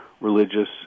religious